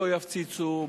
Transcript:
לא יפציצו,